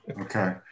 Okay